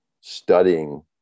studying